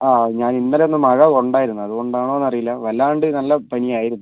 അ ഞാൻ ഇന്നലെ ഒന്ന് മഴ കൊണ്ടായിരുന്നു അതുകൊണ്ടാണോന്നറിയില്ല വല്ലാണ്ട് നല്ല പനിയായിരുന്നു